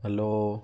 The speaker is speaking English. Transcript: hello